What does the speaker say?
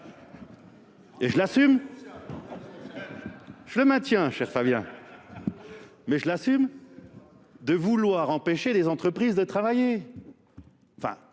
Et je l'assume, je le maintiens cher Fabien, mais je l'assume de vouloir empêcher les entreprises de travailler.